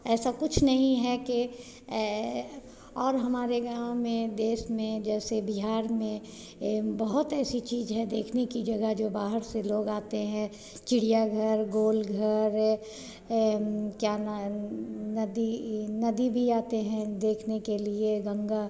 ऐसा कुछ नहीं है कि और हमारे गाँव में देश में जैसे बिहार में ए बहुत ऐसी चीज़ है देखने की जगह जो बाहर से लोग आते हैं चिड़िया घर गोल घर क्या ना नदी नदी भी आते हैं देखने के लिए गंगा